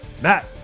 Matt